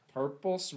Purple